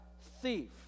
thief